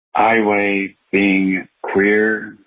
i weigh being queer,